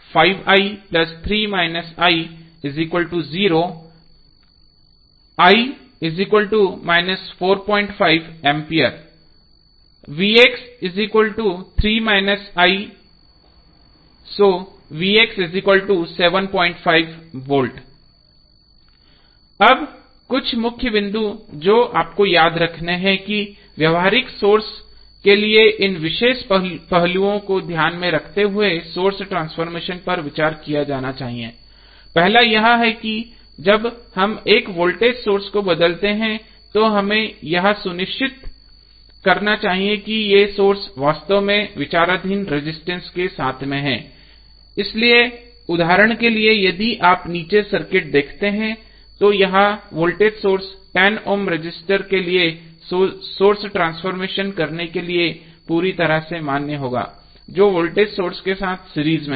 A V अब कुछ मुख्य बिंदु जो आपको याद रखने हैं कि व्यावहारिक सोर्स के लिए इन विशेष पहलुओं को ध्यान में रखते हुए सोर्स ट्रांसफॉर्मेशन पर विचार किया जाना चाहिए पहला यह है कि जब हम एक वोल्टेज सोर्स को बदलते हैं तो हमें यह सुनिश्चित करना चाहिए कि ये सोर्स वास्तव में विचाराधीन रजिस्टेंस के साथ सीरीज में हैं इसलिए उदाहरण के लिए यदि आप नीचे इस सर्किट को देखते हैं तो यह वोल्टेज सोर्स 10 ओम रजिस्टर के लिए सोर्स ट्रांसफॉर्मेशन करने के लिए पूरी तरह से मान्य है जो वोल्टेज सोर्स के साथ सीरीज में है